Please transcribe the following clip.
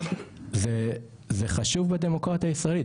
זה חשוב בדמוקרטיה הישראלית,